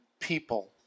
people